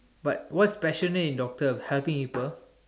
but what's passionate in doctor helping people